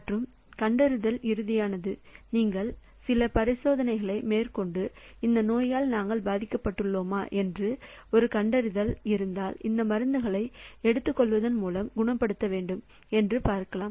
மற்றும் கண்டறிதல் இறுதியானது நீங்கள் சில பரிசோதனைகளை மேற்கொண்டு அந்த நோயால் நாங்கள் பாதிக்கப்பட்டுள்ளோமா என்றும் ஒரு கண்டறிதல் இருந்தால் அந்த மருந்துகளை எடுத்துக்கொள்வதன் மூலம் குணப்படுத்த வேண்டும் என்றும் பார்க்கலாம்